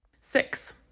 Six